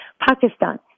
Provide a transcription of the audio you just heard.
Pakistan